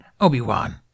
Obi-Wan